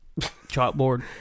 chalkboard